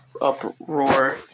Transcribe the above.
uproar